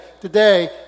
today